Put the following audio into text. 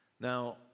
Now